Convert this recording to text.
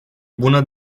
bună